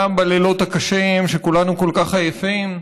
גם בלילות הקשים שכולנו כל כך עייפים,